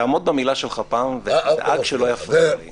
תעמוד במילה שלך פעם, ותדאג שלא יפריעו לי.